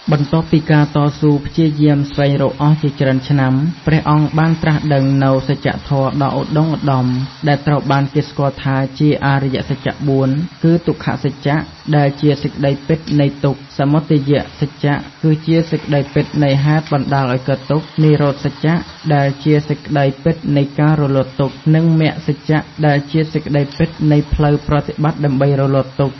បន្ទាប់ពីការតស៊ូព្យាយាមស្វែងរកអស់ជាច្រើនឆ្នាំ ព្រះអង្គបានត្រាស់ដឹងនូវ សច្ចធម៌ ដ៏ឧត្ដុង្គឧត្ដម ដែលត្រូវបានគេស្គាល់ថាជា អរិយសច្ច ៤គឺ ទុក្ខសច្ច ដែលជា សេចក្ដីពិតនៃទុក្ខ សមុទយសច្ច គឺជាសេចក្ដីពិតនៃហេតុបណ្ដាលឱ្យកើតទុក្ខ និរោធសច្ចដែលជាសេចក្ដីពិតនៃការរលត់ទុក្ខ និងមគ្គសច្ច ដែលជាសេចក្ដីពិតនៃផ្លូវប្រតិបត្តិដើម្បីរលត់ទុក្ខ។